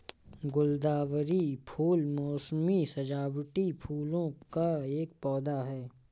गुलदावरी फूल मोसमी सजावटी फूलों का एक पौधा है